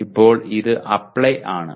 ഇപ്പോൾ ഇത് അപ്ലൈ ആണ്